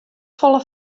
folle